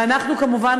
ואנחנו כמובן,